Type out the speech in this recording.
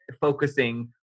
focusing